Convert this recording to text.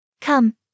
Come